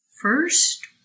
first